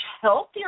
healthier